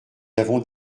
avons